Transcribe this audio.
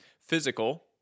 Physical